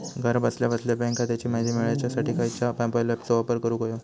घरा बसल्या बसल्या बँक खात्याची माहिती मिळाच्यासाठी खायच्या मोबाईल ॲपाचो वापर करूक होयो?